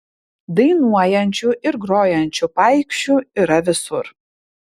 dainuojančių ir grojančių paikšių yra visur